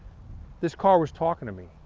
this car was talking to me.